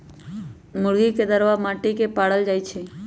मुर्गी के दरबा माटि के पारल जाइ छइ